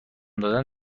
دادن